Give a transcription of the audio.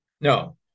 No